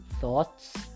thoughts